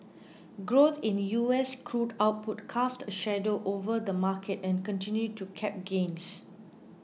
growth in U S crude output cast a shadow over the market and continued to cap gains